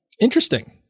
Interesting